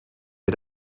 wir